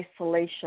isolation